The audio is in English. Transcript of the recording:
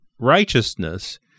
righteousness